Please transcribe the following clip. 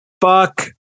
Fuck